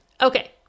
okay